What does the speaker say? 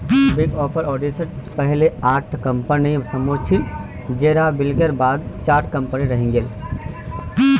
big four auditors पहले आठ कम्पनीर समूह छिल जेरा विलयर बाद चार टा रहेंग गेल